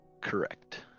Correct